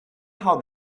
how